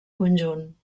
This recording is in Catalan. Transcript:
conjunt